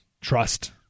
trust